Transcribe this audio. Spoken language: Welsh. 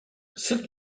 sut